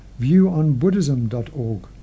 viewonbuddhism.org